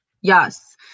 yes